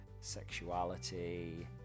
sexuality